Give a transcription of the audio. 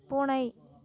பூனை